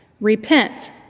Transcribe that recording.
Repent